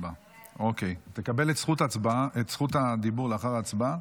תקבל את זכות הדיבור לאחר ההצבעה.